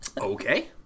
Okay